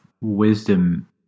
wisdom